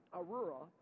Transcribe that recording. Aurora